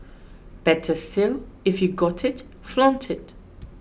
better still if you've got it flaunt it